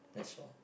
that's all